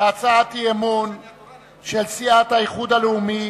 להצעת סיעת האיחוד הלאומי